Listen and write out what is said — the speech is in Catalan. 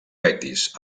betis